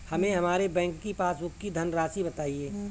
हमें हमारे बैंक की पासबुक की धन राशि बताइए